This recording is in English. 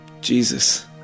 Jesus